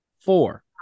four